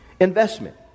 Investment